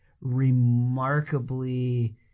remarkably